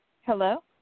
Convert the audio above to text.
Hello